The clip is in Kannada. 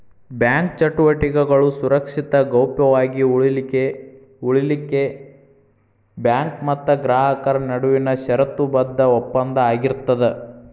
ಬ್ಯಾಂಕ ಚಟುವಟಿಕೆಗಳು ಸುರಕ್ಷಿತ ಗೌಪ್ಯ ವಾಗಿ ಉಳಿಲಿಖೆಉಳಿಲಿಕ್ಕೆ ಬ್ಯಾಂಕ್ ಮತ್ತ ಗ್ರಾಹಕರ ನಡುವಿನ ಷರತ್ತುಬದ್ಧ ಒಪ್ಪಂದ ಆಗಿರ್ತದ